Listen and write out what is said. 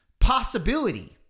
possibility